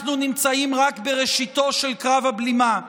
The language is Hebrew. אנחנו נמצאים רק בראשיתו של קרב הבלימה,